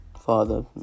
father